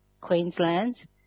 Queensland